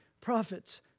Prophets